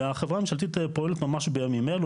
והחברה הממשלתית פועלת ממש בימים אלו,